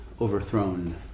overthrown